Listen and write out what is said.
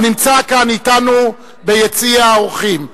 הנמצא כאן אתנו ביציע האורחים,